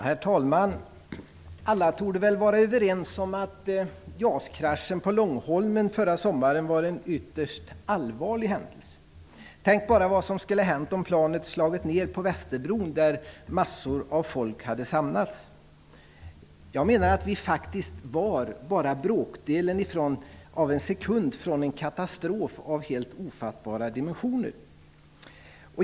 Herr talman! Alla torde väl vara överens om att JAS-kraschen på Långholmen förra sommaren var en ytterst allvarlig händelse. Tänk bara vad som skulle ha hänt om planet hade slagit ner på Västerbron där massor av folk hade samlats! Vi var faktiskt bråkdelen av en sekund från en katastrof av helt ofattbara dimensioner.